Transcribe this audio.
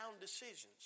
decisions